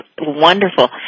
wonderful